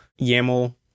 YAML